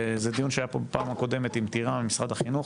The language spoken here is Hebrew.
זה דיון שהיה פה בפעם הקודמת עם תירא ממשרד החינוך,